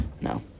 No